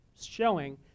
showing